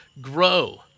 grow